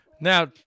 Now